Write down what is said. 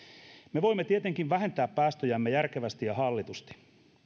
me voimme tietenkin vähentää päästöjämme järkevästi ja hallitusti